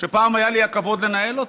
שפעם היה לי הכבוד לנהל אותו,